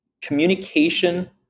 communication